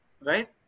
Right